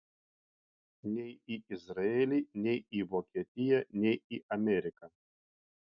nei į izraelį nei į vokietiją nei į ameriką